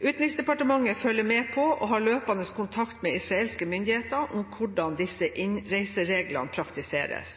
Utenriksdepartementet følger med på og har løpende kontakt med israelske myndigheter om hvordan disse innreisereglene praktiseres.